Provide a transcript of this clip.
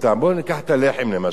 בואו ניקח את הלחם, למשל,